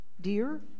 dear